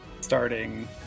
starting